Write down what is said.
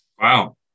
Wow